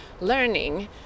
learning